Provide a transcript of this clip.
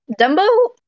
Dumbo